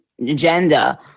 agenda